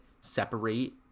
separate